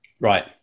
Right